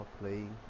playing